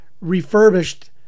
refurbished